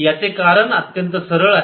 याचे कारण अत्यंत सरळ आहे